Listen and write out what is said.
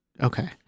okay